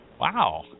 Wow